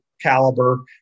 caliber